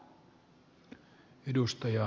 arvoisa puhemies